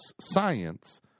science